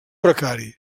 precari